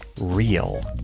real